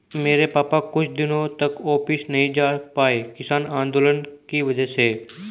मेरे पापा कुछ दिनों तक ऑफिस नहीं जा पाए किसान आंदोलन की वजह से